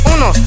Uno